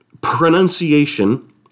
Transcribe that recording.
pronunciation